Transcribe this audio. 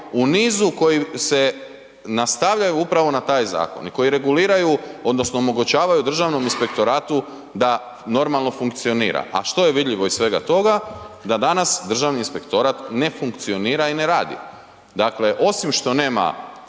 u nizu koji se nastavljaju upravo na taj zakon i koji reguliraju odnosno omogućavaju Državnom inspektoratu da normalno funkcionira. A što je vidljivo iz svega toga? Da danas Državni inspektorat ne funkcionira i ne radi. Dakle, osim što nisu